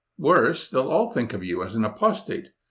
worse, they'll all think of you as an apostate,